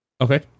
Okay